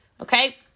Okay